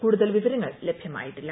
കൂടുതൽ വിവരങ്ങൾ ലഭ്യമായിട്ടില്ല